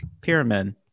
pyramid